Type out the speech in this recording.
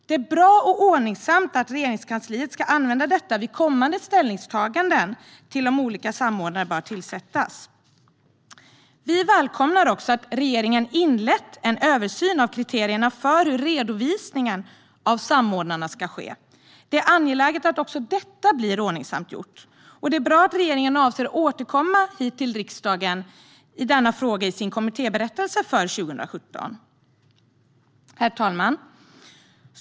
Det är bra och ordningsamt att Regeringskansliet ska använda detta vid kommande ställningstaganden till om olika samordnare bör tillsättas. Vi välkomnar också att regeringen har inlett en översyn av kriterierna för hur redovisningen av samordnarna ska ske. Det är angeläget att också det blir ordningsamt gjort, och det är bra att regeringen avser att återkomma hit till riksdagen i denna fråga i sin kommittéberättelse för 2017. Herr talman!